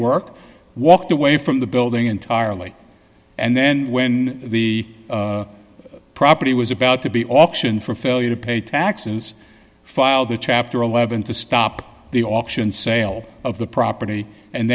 work walked away from the building entirely and then when the property was about to be option for fell to pay taxes filed a chapter eleven to stop the auction sale of the property and